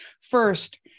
First